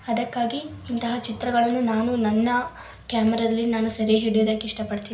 ಅದಕ್ಕಾಗಿ ಇಂತಹ ಚಿತ್ರಗಳನ್ನು ನಾನು ನನ್ನ ಕ್ಯಾಮರದಲ್ಲಿ ನಾನು ಸೆರೆ ಹಿಡ್ಯೋದಕ್ಕೆ ಇಷ್ಟ ಪಡ್ತೀನಿ